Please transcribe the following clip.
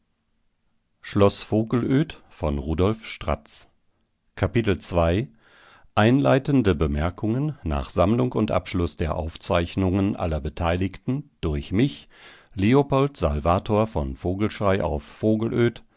einleitende bemerkungen nach sammlung und abschluß der aufzeichnungen aller beteiligten durch mich leopold salvator von vogelschrey auf vogelöd